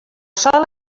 sol